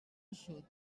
eixut